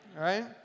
right